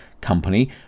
company